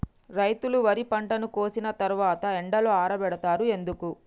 రైతులు వరి పంటను కోసిన తర్వాత ఎండలో ఆరబెడుతరు ఎందుకు?